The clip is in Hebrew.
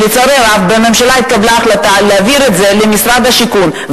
בממשלה התקבלה החלטה להעביר את זה למשרד השיכון,